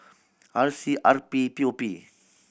R C R P P O P